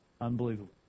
Unbelievable